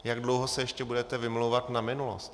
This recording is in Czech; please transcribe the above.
Jak dlouho se ještě budete vymlouvat na minulost?